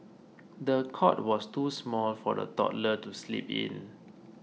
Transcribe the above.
the cot was too small for the toddler to sleep in